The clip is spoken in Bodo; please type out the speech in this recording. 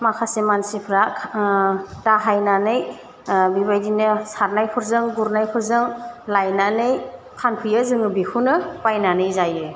माखासे मानसिफ्रा दाहायनानै बेबायदिनो सारनायफोरजों गुरनायफोरखौ लायनानै फानफैयो जोङो बेखौनो बायनानै जायो